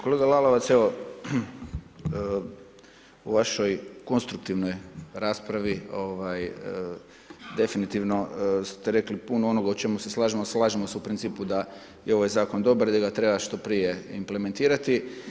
Kolega Lalovac, evo u vašoj konstruktivnoj raspravi definitivno ste rekli puno onoga o čemu se slažemo, slažemo se u principu da je ovaj zakon dobar i da ga treba što prije implementirati.